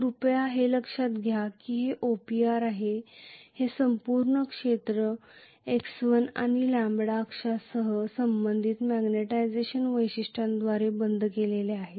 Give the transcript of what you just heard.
कृपया हे लक्षात घ्या की हे OPR आहे हे संपूर्ण क्षेत्र x1 आणि लॅम्बडा अक्षसह संबंधित मॅग्निटायझेशन वैशिष्ट्यांद्वारे बंद केलेले आहे